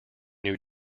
new